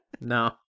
No